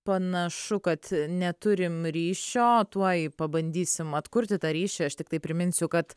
panašu kad neturim ryšio tuoj pabandysim atkurti tą ryšį aš tiktai priminsiu kad